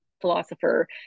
philosopher